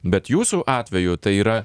bet jūsų atveju tai yra